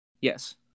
Yes